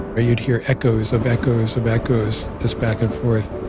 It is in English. ah you'd hear echoes of echoes of echoes just back and forth.